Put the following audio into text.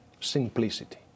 simplicity